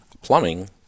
plumbing